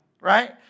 Right